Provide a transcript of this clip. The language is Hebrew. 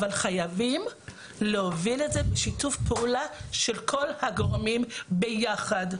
אבל חייבים להוביל את זה בשיתוף פעולה של כל הגורמים ביחד,